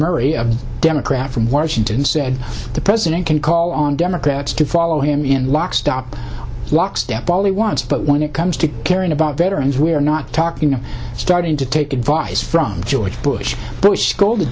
a democrat from washington said the president can call on democrats to follow him in lock stock lock step ali wants but when it comes to caring about veterans we are not talking of starting to take advice from george bush bush told